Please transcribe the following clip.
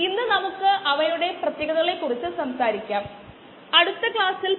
ഇതാണ് നമ്മുടെ സ്കൂളിൽ നമ്മളെ പരിചയപ്പെടുത്തുന്ന രീതി